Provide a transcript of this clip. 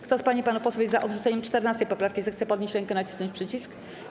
Kto z pań i panów posłów jest za odrzuceniem 14. poprawki, zechce podnieść rękę i nacisnąć przycisk.